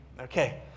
Okay